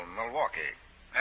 Milwaukee